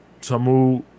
Tamu